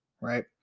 Right